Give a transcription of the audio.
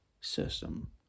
system